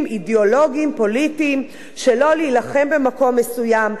אידיאולוגיים פוליטיים שלא להילחם במקום מסוים,